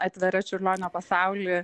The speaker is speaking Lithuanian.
atveria čiurlionio pasaulį